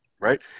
right